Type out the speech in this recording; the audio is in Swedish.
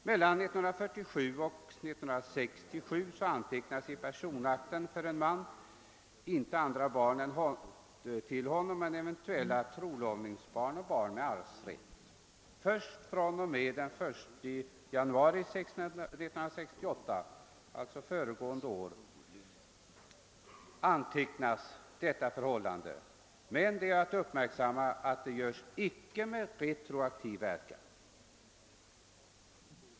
Mellan åren 1947 och 1967 antecknades i personakten för en man inte andra barn till honom än eventuella trolovningsbarn och barn med arvsrätt. Först från och med den 1 januari 1968 antecknas andra barn, men det bör uppmärksammas att detta icke görs med retroaktiv verkan.